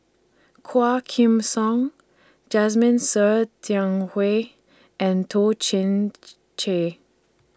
Quah Kim Song Jasmine Ser Xiang Wei and Toh Chin Chye